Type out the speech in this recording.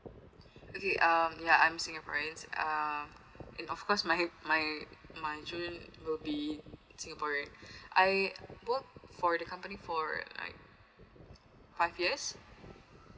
okay um ya I'm singaporean uh and of course my my my children will be singaporean I work for the company for like five years